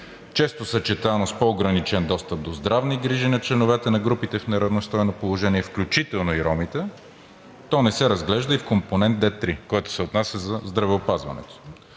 често съчетано с по ограничен достъп до здравни грижи на членовете на групите в неравностойно положение, включително и ромите, то не се разглежда и в компонент Д 3, което се отнася за здравеопазването.